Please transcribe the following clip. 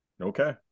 Okay